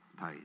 paid